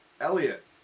Elliot